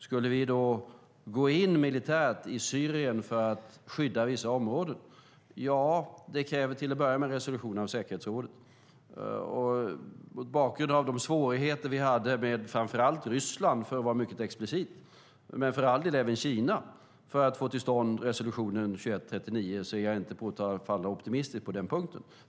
Skulle vi gå in militärt i Syrien för att skydda vissa områden? Ja, det kräver till att börja med en resolution av säkerhetsrådet. Mot bakgrund av de svårigheter vi hade med framför allt Ryssland, för att vara mycket explicit, men för all del även med Kina, för att få till stånd resolution 2139 är jag inte påfallande optimistisk på den punkten.